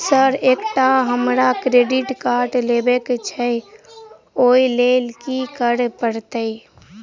Sir एकटा हमरा credit card लेबकै छैय ओई लैल की करऽ परतै?